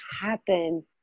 happen